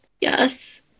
Yes